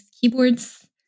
Keyboards